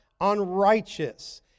unrighteous